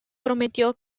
prometió